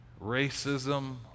racism